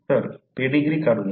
तर पेडीग्री काढूया